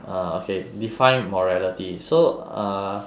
uh okay define morality so uh